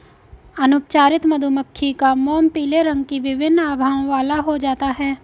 अनुपचारित मधुमक्खी का मोम पीले रंग की विभिन्न आभाओं वाला हो जाता है